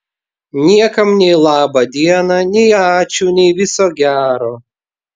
niekam nei laba diena nei ačiū nei viso gero